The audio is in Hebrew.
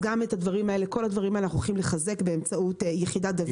את כל הדברים האלה אנחנו הולכים לחזק באמצעות יחידה דוד.